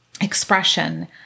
expression